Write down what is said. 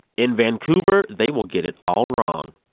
in vancouver, they will get it all wrong.